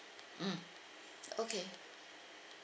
mm okay